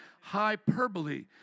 hyperbole